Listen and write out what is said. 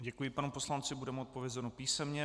Děkuji panu poslanci, bude mu odpovězeno písemně.